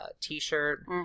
t-shirt